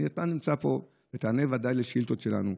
אתה נמצא פה ובוודאי תענה לשאילתות שלנו.